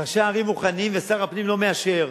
ראשי ערים מוכנים, ושר הפנים לא מאשר,